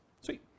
Sweet